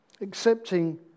Accepting